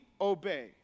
obey